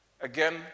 Again